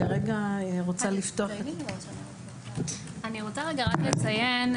אני רוצה רגע רק לציין,